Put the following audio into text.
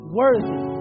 worthy